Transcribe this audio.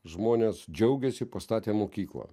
žmonės džiaugiasi pastatė mokyklą